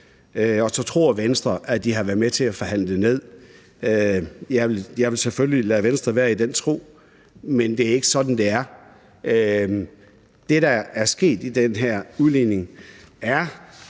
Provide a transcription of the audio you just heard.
og så tror Venstre, at de har været med til at forhandle det ned. Jeg vil selvfølgelig lade Venstre være i den tro, men det er ikke sådan, at det er. Det, der er sket i forbindelse med den her udligning, er,